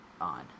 on